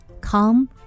come